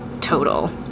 total